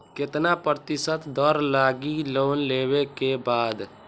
कितना प्रतिशत दर लगी लोन लेबे के बाद?